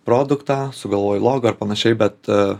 produktą sugalvoju logo ir panašiai bet